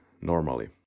normally